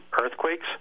earthquakes